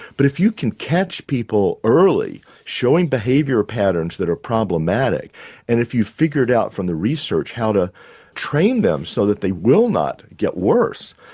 but if you can catch people early, showing behavioural problems that are problematic and if you've figured out from the research how to train them so that they will not get worse,